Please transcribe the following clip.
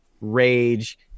rage